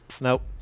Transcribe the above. Nope